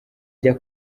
ijya